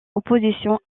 opposition